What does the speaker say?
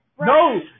No